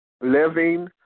living